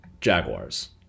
Jaguars